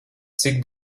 cik